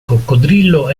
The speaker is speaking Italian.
coccodrillo